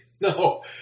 No